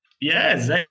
Yes